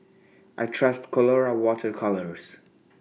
I Trust Colora Water Colours